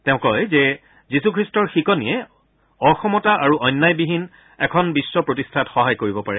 তেওঁ কয় যে যীশুখ্ৰীষ্টৰ শিকনিয়ে অসমতা আৰু অন্যায়বিহীন এখন বিশ্ব প্ৰতিষ্ঠাত সহায় কৰিব পাৰে